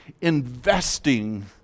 investing